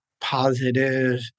positive